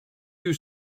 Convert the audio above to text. you